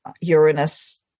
Uranus